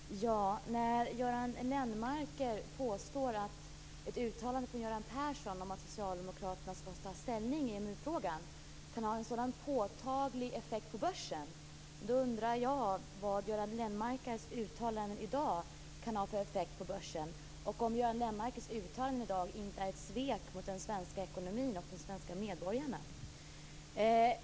Herr talman! När Göran Lennmarker påstår att ett uttalande från Göran Persson om att socialdemokraterna skall ta ställning i EMU-frågan kan ha en sådan påtaglig effekt på börsen undrar jag vad Göran Lennmarkers uttalande i dag kan ha för effekt på börsen och om Göran Lennmarkers uttalande i dag inte är ett svek mot den svenska ekonomin och de svenska medborgarna.